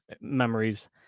memories